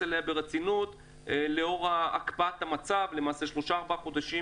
ברצינות לאור הקפאת המצב כאשר למעשה שלושה-ארבעה חודשים